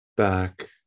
back